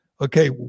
Okay